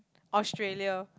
Australia